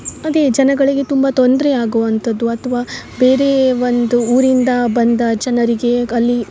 ಅದೇ ಜನಗಳಿಗೆ ತುಂಬ ತೊಂದರೆ ಆಗುವಂಥದ್ದು ಅಥ್ವ ಬೇರೆ ಒಂದು ಊರಿಂದ ಬಂದ ಜನರಿಗೆ ಅಲ್ಲಿ